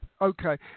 Okay